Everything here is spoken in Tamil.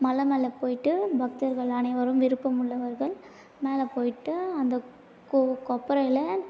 மலை மேலே போய்விட்டு பக்தர்கள் அனைவரும் விருப்பமுள்ளவர்கள் மேலே போய்விட்டு அந்த கொ கொப்பரையில